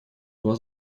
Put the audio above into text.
два